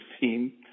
seen